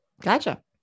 Gotcha